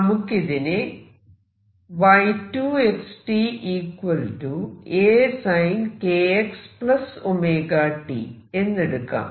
നമുക്ക് ഇതിനെ എന്നെടുക്കാം